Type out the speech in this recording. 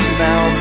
now